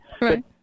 Right